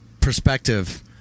perspective